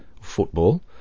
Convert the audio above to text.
football